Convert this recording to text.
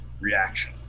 reaction